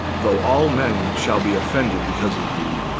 though all men shall be offended because of thee,